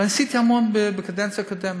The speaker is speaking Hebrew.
ועשיתי המון בקדנציה הקודמת,